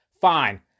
Fine